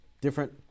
different